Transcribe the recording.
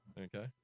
Okay